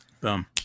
boom